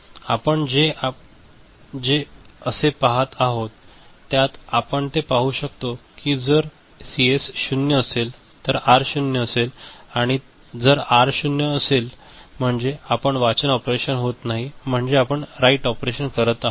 आपण जे आपण असे पहात आहोत त्यात आपण ते पाहू शकतो की जर सीएस 0 असेल तर आर 0 असेल तर आर 0 असेल म्हणजे आपण वाचन ऑपरेशन होत नाही म्हणजे आपण राइट ऑपरेशन करत आहात